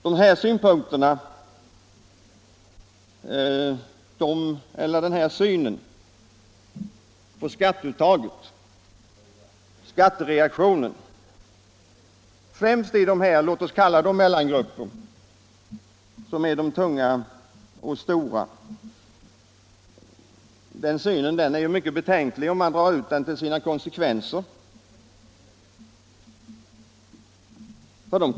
Denna syn på skatteuttaget främst i de s.k. mellangrupperna, som är de tunga och stora, är mycket betänklig om man drar ut konsekvenserna av den och ser dem i en förlängning.